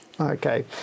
Okay